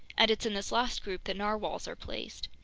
and it's in this last group that narwhales are placed.